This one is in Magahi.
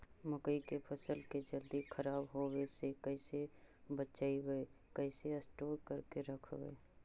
मकइ के फ़सल के जल्दी खराब होबे से कैसे बचइबै कैसे स्टोर करके रखबै?